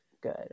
good